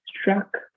struck